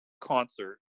concert